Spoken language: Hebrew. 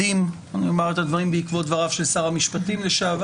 אני אומר את הדברים בעקבות דברי של שר המשפטים לשעבר.